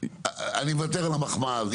אני מוותר על המחמאה הזאת.